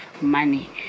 money